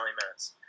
minutes